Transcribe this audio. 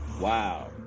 wow